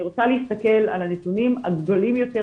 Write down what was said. אני רוצה להסתכל על הנתונים הגדולים יותר,